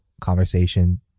conversation